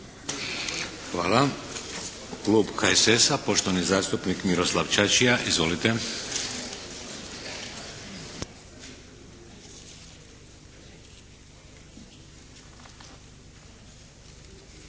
Hvala. Klub HSS-a, poštovani zastupnik Miroslav Čačija. Izvolite.